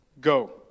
go